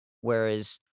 whereas